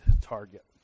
target